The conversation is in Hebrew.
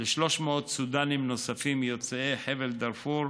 ל-300 סודנים נוספים יוצאי חבל דארפור,